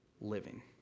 living